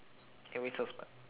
edwin so smart